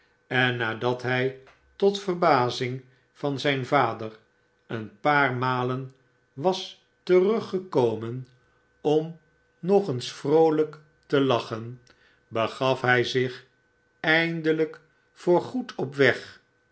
en nadat hy tot verbazing van zijn vader een paar malen was teruggekomen barnaby rudge dm nog eens vroolijk te lachen begaf hij zich eindelijk voor goed op weg